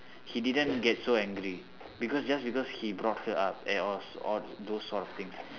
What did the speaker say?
he didn't get so angry because just because he brought her up at all all those sort of things